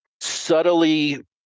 subtly